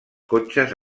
cotxes